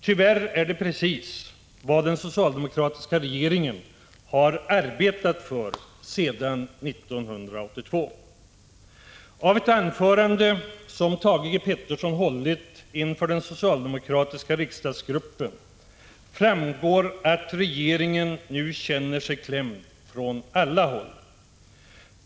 Tyvärr är det precis vad den socialdemokratiska regeringen har arbetat för sedan 1982. Av ett anförande som Thage G. Peterson hållit inför den socialdemokratiska riksdagsgruppen framgår att regeringen nu känner sig klämd från alla håll.